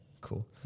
cool